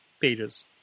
pages